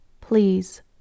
Please